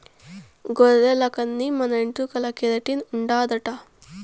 గొర్రెల కన్ని మన ఎంట్రుకల్ల కెరటిన్ ఉండాదట